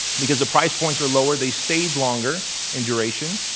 because the price point are lower they stayed longer in duration,